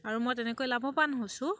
আৰু মই তেনেকৈ লাভৱান হৈছোঁ